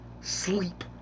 sleep